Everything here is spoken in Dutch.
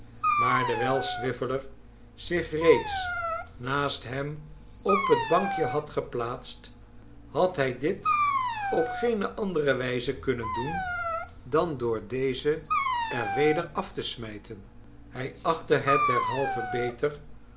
maar dewijl swiveller zich reeds naast hem op het bankje had geplaatst had hij dit op geene andere wijze kunnen doen dan door dezen er weder af te smijten hij achtte het derhalve beter